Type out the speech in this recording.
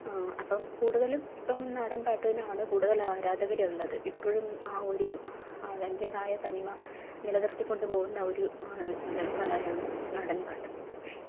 അപ്പം കൂട്തലും ഇപ്പം നാടന് പാട്ടിനാണ് കൂടുതൽ ആരാധകരുള്ളത് ഇപ്പോഴും ആ ഒരു അതിൻ്റേതായ തനിമ നില നിര്ത്തിക്കൊണ്ട് പോവുന്ന ഒരു ഇത് കലയാണ് നാടന് പാട്ട്